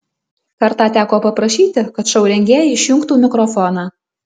kartą teko paprašyti kad šou rengėjai išjungtų mikrofoną